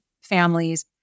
families